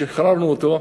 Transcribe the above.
שחררנו אותו,